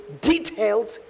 detailed